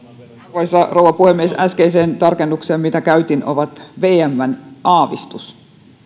arvoisa rouva puhemies äskeiseen tarkennukseen mitä käytin ne ovat vmn aavistus